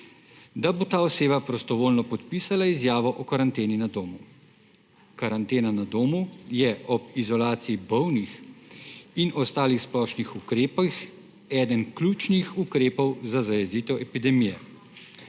da bo ta oseba prostovoljno podpisala izjavo o karanteni na domu. Karantena na domu je ob izolaciji bolnih in ostalih splošnih ukrepih eden ključnih ukrepov za zajezitev epidemije.